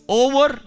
over